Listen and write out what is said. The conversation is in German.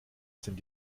sind